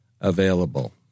available